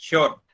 Sure